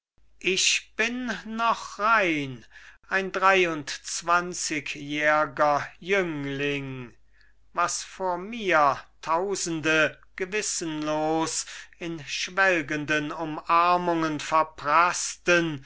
ich bin noch rein ein dreiundzwanzigjährger jüngling was vor mir tausende gewissenlos in schwelgenden umarmungen verpraßten